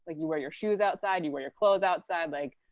ah you wear your shoes outside. you wear your clothes outside. like,